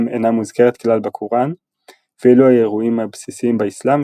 אינה מוזכרת כלל בקוראן ואילו האירועים הבסיסיים באסלאם